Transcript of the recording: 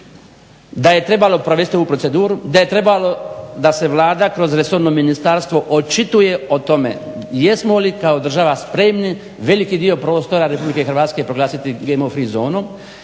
da je trebalo provesti ovu proceduru, da je trebalo da se Vlada kroz resorno ministarstvo očituje o tome jesmo li kao država spremni veliki dio prostora RH proglasiti GMO zonom